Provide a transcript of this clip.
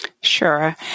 Sure